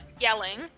yelling